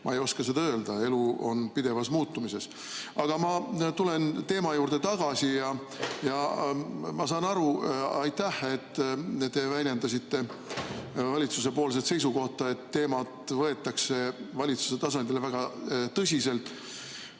Ma ei oska seda öelda, elu on pidevas muutumises. Aga ma tulen teema juurde tagasi. Ma sain aru – ja aitäh –, et te väljendasite valitsuse seisukohta, et teemat võetakse valitsuse tasandil väga tõsiselt.